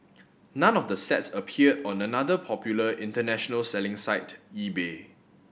none of the sets appeared on another popular international selling site eBay